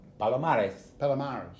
Palomares